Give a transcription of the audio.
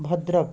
Bhadrak